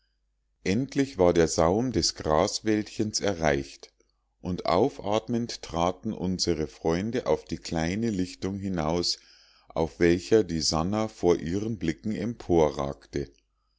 endlich war der saum des graswäldchens erreicht und aufatmend traten unsere freunde auf die kleine lichtung hinaus auf welcher die sannah vor ihren blicken